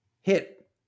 hit